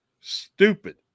stupid